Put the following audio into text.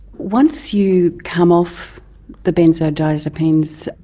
once you come off the benzodiazepines,